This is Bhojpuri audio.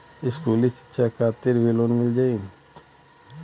इस्कुली शिक्षा खातिर भी लोन मिल जाई?